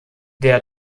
der